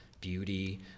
beauty